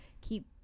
keep